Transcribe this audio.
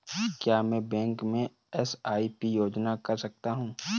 क्या मैं बैंक में एस.आई.पी योजना कर सकता हूँ?